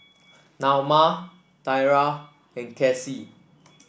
Naoma Thyra and Casie